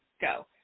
go